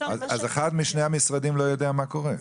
אז אחד משני המשרדים לא יודע מה קורה.